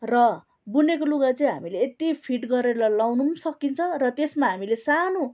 र बुनेको लुगा चाहिँ हामीले यति फिट गरेर लाउनु पनि सकिन्छ र त्यसमा हामीले सानो